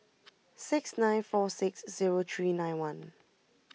six nine four six zero three nine one